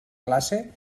classe